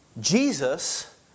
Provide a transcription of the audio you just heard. Jesus